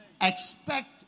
Expect